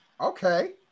Okay